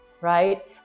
right